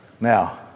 Now